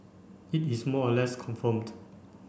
it is more or less confirmed